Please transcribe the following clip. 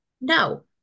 No